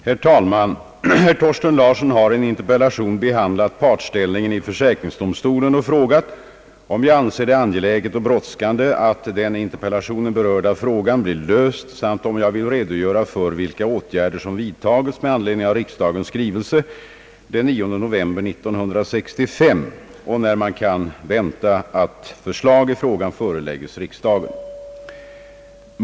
Herr talman! Herr Thorsten Larsson har i en interpellation behandlat parts ställningen i försäkringsdomstolen och frågat, om jag anser det angeläget och brådskande att den i interpellationen berörda frågan blir löst samt om jag vill redogöra för vilka åtgärder som vidtagits med anledning av riksdagens skrivelse den 9 november 1965 och när man kan vänta att förslag i frågan föreläggs riksdagen.